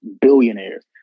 billionaires